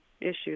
issues